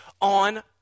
on